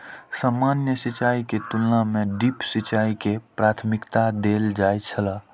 सामान्य सिंचाई के तुलना में ड्रिप सिंचाई के प्राथमिकता देल जाय छला